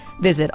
visit